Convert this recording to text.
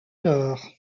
nord